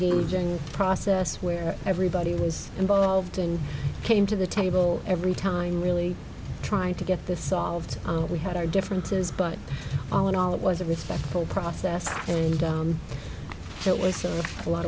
engaging process where everybody was involved and came to the table every time really trying to get this solved and we had our differences but all in all it was a respectful process and it was a lot